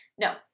No